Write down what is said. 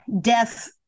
death